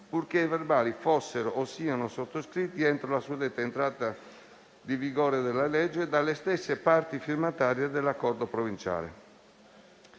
purché i verbali fossero o siano sottoscritti entro la suddetta entrata in vigore della legge dalle stesse parti firmatarie dell'accordo provinciale.